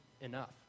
enough